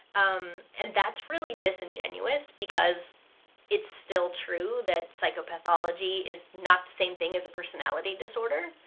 um, and that's really disingenuous, because it's still true that psychopathology is not the same thing as a personality disorder,